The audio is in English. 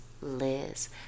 Liz